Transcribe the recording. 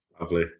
Lovely